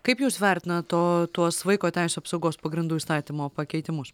kaip jūs vertinat to tuos vaiko teisių apsaugos pagrindų įstatymo pakeitimus